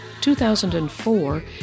2004